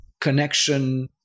connection